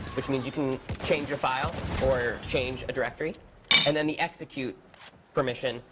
which means you can change a file or change a directory and then the execute permission,